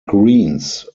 greens